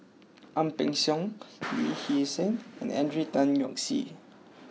Ang Peng Siong Lee Hee Seng and Henry Tan Yoke See